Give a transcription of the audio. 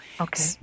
Okay